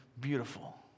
beautiful